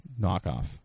knockoff